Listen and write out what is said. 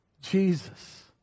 Jesus